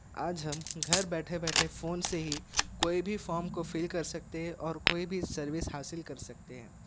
آج ہم گھر بیٹھے بیٹھے فون سے ہی کوئی بھی فارم کو فل کر سکتے اور کوئی بھی سروس حاصل کر سکتے ہیں